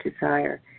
desire